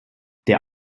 der